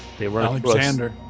Alexander